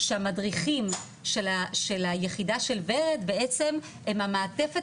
שהמדריכים של היחידה של ורד בעצם הם המעטפת